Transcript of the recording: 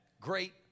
great